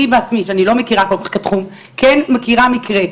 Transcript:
אני מכירה מקרה,